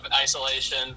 isolation